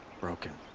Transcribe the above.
broken.